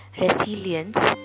resilience